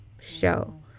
show